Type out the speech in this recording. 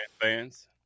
fans